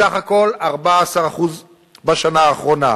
וסך הכול 14% בשנה האחרונה,